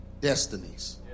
destinies